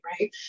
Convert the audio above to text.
right